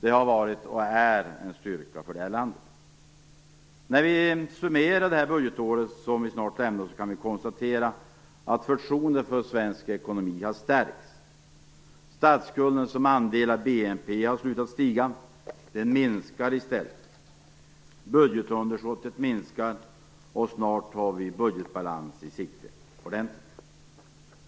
Det har varit och är en styrka för landet. När vi summerar det budgetår som vi snart lämnar kan vi konstatera att: Förtroendet för svensk ekonomi har stärkts. Statsskulden som andel av BNP har slutat att stiga. Den minskar i stället. Budgetunderskottet minskar. Snart har vi budgetbalans i sikte.